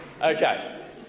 Okay